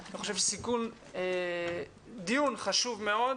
אני חושב שהדיון חשוב מאוד.